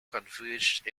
converged